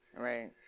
Right